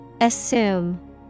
Assume